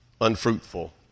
unfruitful